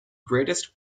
greatest